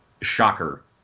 Shocker